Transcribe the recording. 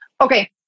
okay